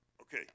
Okay